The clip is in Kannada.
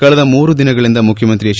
ಕಳೆದ ಮೂರು ದಿನಗಳಿಂದ ಮುಖ್ಯಮಂತ್ರಿ ಎಚ್